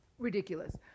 ridiculous